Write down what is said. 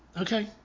Okay